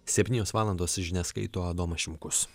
septynios valandos žinias skaito adomas šimkus